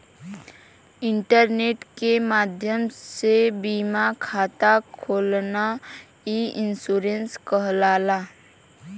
internet के माध्यम से बीमा खाता खोलना ई इन्शुरन्स कहलाला